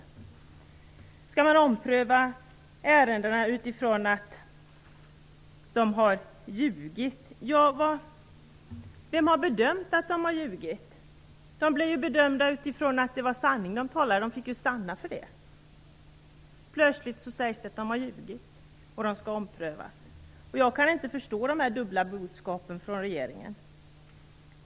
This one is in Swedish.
Vad gäller att ompröva ärenden utifrån att flyktingar har ljugit vill jag fråga: Vem har bedömt att de har ljugit? När de fick stanna bedömdes de ju ha talat sanning. Plötsligt sägs det att de har ljugit och att ärendena därför skall omprövas. Jag kan inte förstå de här dubbla budskapen från regeringen.